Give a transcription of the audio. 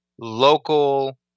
local